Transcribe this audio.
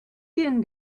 din